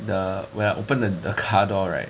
the when I opened the the car door right